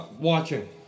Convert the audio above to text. Watching